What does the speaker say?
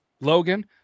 Logan